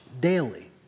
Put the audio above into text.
daily